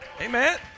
Amen